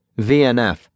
VNF